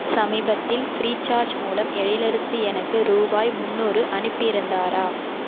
சமீபத்தில் ஃப்ரீசார்ஜ் மூலம் எழிலரசி எனக்கு ரூபாய் முந்நூறு அனுப்பியிருந்தாரா